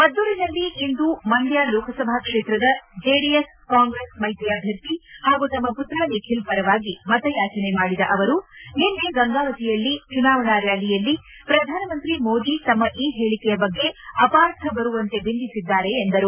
ಮದ್ದೂರಿನಲ್ಲಿ ಇಂದು ಮಂಡ್ಕ ಲೋಕಸಭಾ ಕ್ಷೇತ್ರದ ಜೆಡಿಎಸ್ ಕಾಂಗ್ರೆಸ್ ಮೈತ್ರಿ ಅಭ್ಯರ್ಥಿ ಪಾಗೂ ತಮ್ಮ ಮತ್ರ ನಿಖಿಲ್ ಪರವಾಗಿ ಮತಯಾಚನೆ ಮಾಡಿದ ಅವರು ನಿನ್ನೆ ಗಂಗಾವತಿಯಲ್ಲಿ ಚುನಾವಣಾ ರ್ಕಾಲಿಯಲ್ಲಿ ಪ್ರಧಾನಮಂತ್ರಿ ಮೋದಿ ತಮ್ಮ ಈ ಹೇಳಿಕೆಯ ಬಗ್ಗೆ ಅಪಾರ್ಥ ಬರುವಂತೆ ಬಿಂಬಿಸಿದ್ದಾರೆ ಎಂದರು